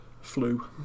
flu